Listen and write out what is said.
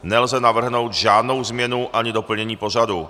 Nelze navrhnout žádnou změnu ani doplnění pořadu.